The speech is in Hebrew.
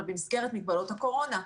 אבל במסגרת הקורונה.